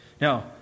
Now